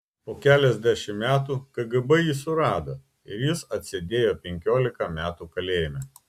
po keliasdešimt metų kgb jį surado ir jis atsėdėjo penkiolika metų kalėjime